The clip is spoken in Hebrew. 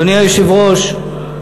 אדוני היושב-ראש,